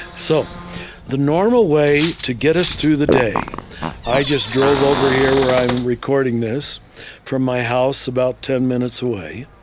so the normal way to get us through the day i just drove over here where i'm recording this from my house about ten minutes away,